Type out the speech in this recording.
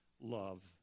love